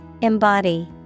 Embody